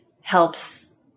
helps